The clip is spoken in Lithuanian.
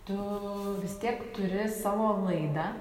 tu vis tiek turi savo laidą